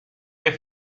que